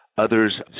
Others